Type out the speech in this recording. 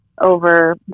over